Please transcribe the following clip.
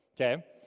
okay